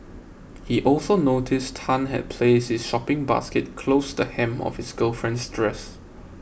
he also noticed Tan had placed his shopping basket close the hem of his girlfriend's dress